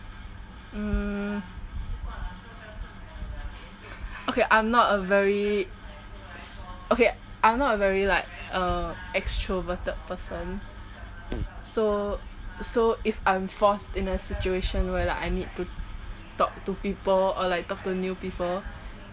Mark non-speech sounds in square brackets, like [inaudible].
mm okay I'm not a very s~ okay I'm not a very like uh extroverted person [noise] so so if I'm forced in a situation where like I need to talk to people or like talk to new people